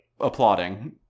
applauding